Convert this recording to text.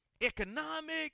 economic